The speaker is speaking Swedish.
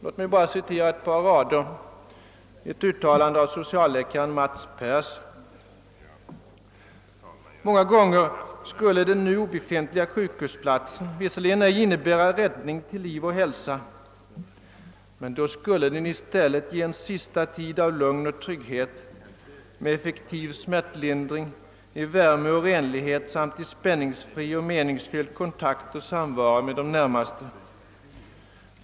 Låt mig bara citera ett uttalande av socialläkaren Mats Pers: »Många gånger skulle den nu obefintliga sjukhusplatsen visserligen ej innebära räddning till liv och hälsa men då skulle den i stället ge en sista tid av lugn och trygghet med effektiv smärtlindring, i värme och renlighet samt i spänningsfri och meningsfylld kontakt och samvaro med de närmaste.